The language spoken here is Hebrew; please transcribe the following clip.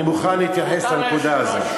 אני מוכן להתייחס לנקודה הזאת.